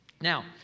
Now